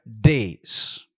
days